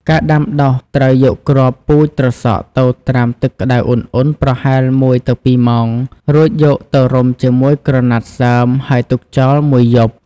ការដាំដុះត្រូវយកគ្រាប់ពូជត្រសក់ទៅត្រាំទឹកក្តៅឧណ្ហៗប្រហែល ១ ទៅ ២ ម៉ោង រួចយកទៅរុំជាមួយក្រណាត់សើមហើយទុកចោល ១ យប់។